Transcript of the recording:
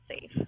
safe